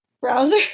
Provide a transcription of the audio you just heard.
browser